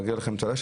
מגיע לכם צל"ש,